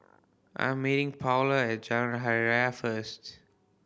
I'm meeting Paola at Jalan Hari Raya first